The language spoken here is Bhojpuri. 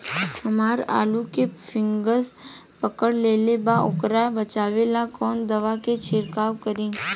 हमरा आलू में फंगस पकड़ लेले बा वोकरा बचाव ला कवन दावा के छिरकाव करी?